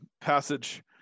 passage